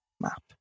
Map